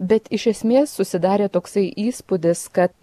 bet iš esmės susidarė toksai įspūdis kad